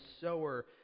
sower